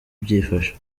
byifashe